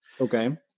okay